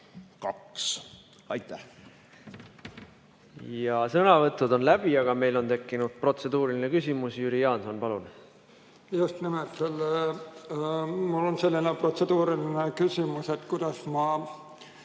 Sõnavõtud on läbi, aga meil on tekkinud protseduuriline küsimus. Jüri Jaanson, palun! Just nimelt. Mul on selline protseduuriline küsimus, et kuidas mul